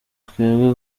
twebwe